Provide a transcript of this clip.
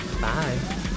Bye